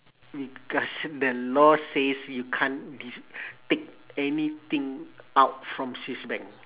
because the law says you can't dis~ take anything out from swiss bank